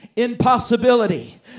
impossibility